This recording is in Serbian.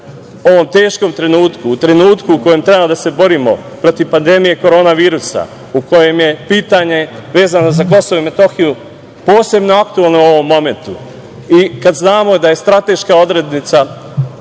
ovom teškom trenutku, u trenutku u kojem treba da se borimo protiv pandemije virusa korona, u kojem je pitanje vezano za Kosovo i Metohiju posebno aktuelno u ovom momentu i kad znamo da je strateška odrednica